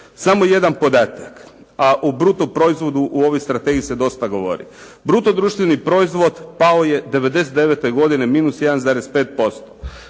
Samo jedan podatak. A o bruto proizvodu u ovoj strategiji se dosta govori. Bruto društveni proizvod pao je '99. godine minus 1,5%.